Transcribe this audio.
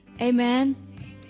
amen